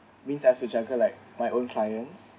mean I have to juggle like my own clients